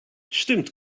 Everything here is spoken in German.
stimmt